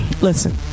listen